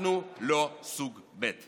אנחנו לא סוג ב'.